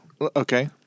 Okay